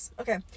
okay